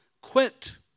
quit